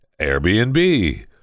Airbnb